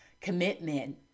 commitment